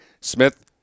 Smith